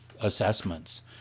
assessments